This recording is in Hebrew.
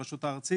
הרשות הארצית,